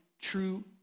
true